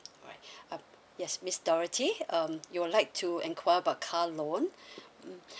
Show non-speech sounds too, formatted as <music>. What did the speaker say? alright <breath> uh yes miss dorothy um you would like to enquire about car loan <breath> mm